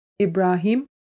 Ibrahim